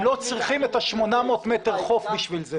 הם לא צריכים את ה-800 מטרים חוף בשביל זה.